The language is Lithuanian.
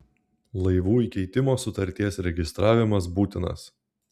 laivų įkeitimo sutarties registravimas būtinas